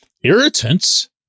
irritants